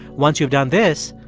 once you've done this,